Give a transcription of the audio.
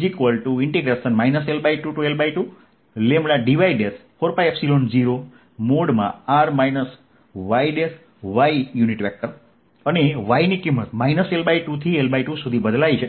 L2L2 dy40 r yy અને y ની કિંમત L2 થી L2 સુધી બદલાય છે